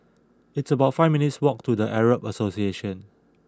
it's about five minutes' walk to The Arab Association